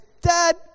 dad